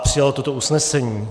Přijal toto usnesení.